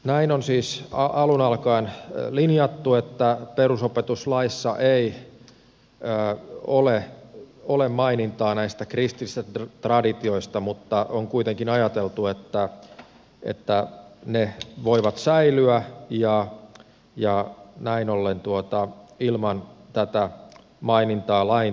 näin on siis alun alkaen linjattu että perusopetuslaissa ei ole mainintaa näistä kristillisistä traditioista mutta on kuitenkin ajateltu että ne voivat säilyä ja näin ollen ilman tätä mainintaa lain tasolla